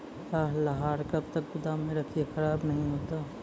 लहार कब तक गुदाम मे रखिए खराब नहीं होता?